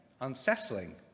unsettling